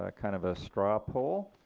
ah kind of a straw poll.